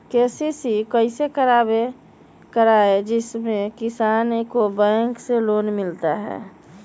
KCC कैसे कराये जिसमे किसान को बैंक से लोन मिलता है?